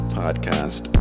podcast